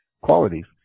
qualities